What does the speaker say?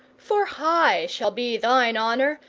for high shall be thine honour,